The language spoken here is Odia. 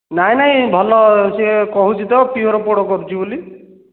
ନାଇ ନାଇ ଭଲ ସେ କହୁଛି ତ ପିଓର୍ ପୋଡ଼ କରୁଛି ବୋଲି